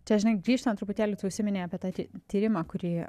čia žinai grįžtant truputėlį tu užsiminei apie tą ty tyrimą kurį